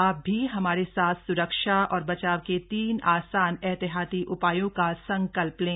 आप भी हमारे साथ स्रक्षा और बचाव के तीन आसान एहतियाती उपायों का संकल्प लें